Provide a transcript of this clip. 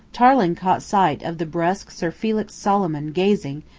tarling caught sight of the brusque sir felix solomon gazing,